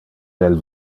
del